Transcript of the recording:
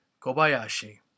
Kobayashi